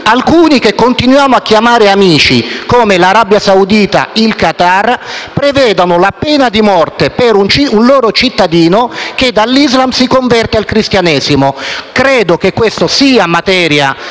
alcuni che continuiamo a chiamare amici, come l'Arabia Saudita e il Qatar, prevedono la pena di morte per un loro cittadino che dall'islam si converta al cristianesimo. Credo che questa sia materia